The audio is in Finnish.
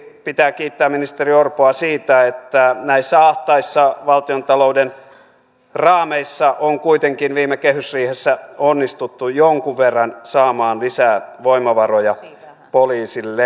toiseksi pitää kiittää ministeri orpoa siitä että näissä ahtaissa valtiontalouden raameissa on kuitenkin viime kehysriihessä onnistuttu jonkun verran saamaan lisää voimavaroja poliisille